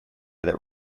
that